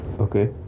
Okay